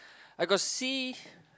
I got see